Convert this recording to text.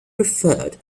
referred